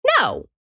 No